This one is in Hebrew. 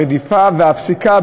הרדיפה והפסיקה,